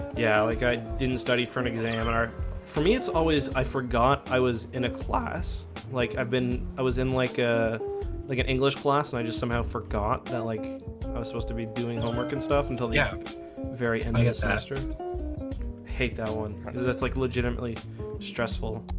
yeah, like i didn't study for an exam an hour for me it's always i forgot i was in a class like i've been i was in like ah like an english class and i just somehow forgot that like i was supposed to be doing homework and stuff until yeah very mi disaster hate that one that's like legitimately stressful